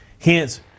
Hence